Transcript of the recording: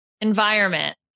environment